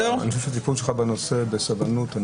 הטיפול שלך בנושא בסבלנות,